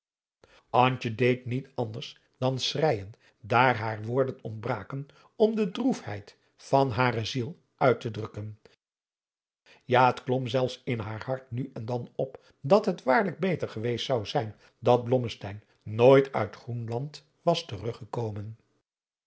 deed niet anders dan schreijen daar haar woorden ontbraken om de droefheid van hare ziel uit te drukken ja het klom zelfs in haar hart nu en dan op dat het waarlijk beter geweest zou zijn dat blommeadriaan loosjes pzn het leven van johannes wouter blommesteyn steyn nooit uit groenland was teruggekomen